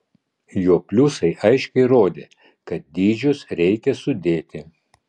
jo pliusai aiškiai rodė kad dydžius reikia sudėti